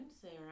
Sarah